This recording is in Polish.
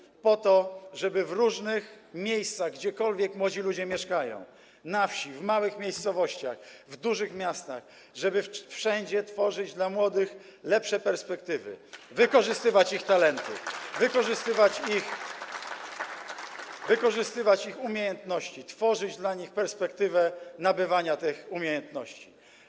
Robimy to po to, żeby w różnych miejscach, gdziekolwiek młodzi ludzie mieszkają, na wsi, w małych miejscowościach, w dużych miastach, wszędzie tworzyć dla młodych lepsze perspektywy, wykorzystywać ich talenty, wykorzystywać ich umiejętności, tworzyć dla nich perspektywę nabywania tych umiejętności.